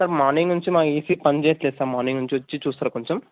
sir morning నుంచి మా AC పనిచేయట్లేదు సార్ మార్నింగ్ నుంచి వచ్చి చూస్తారా కొంచెం